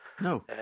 No